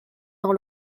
dans